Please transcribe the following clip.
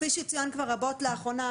כפי שצוין כבר רבות לאחרונה,